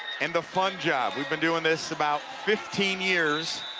and the fun job. we've been doing this about fifteen years,